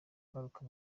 ngaruka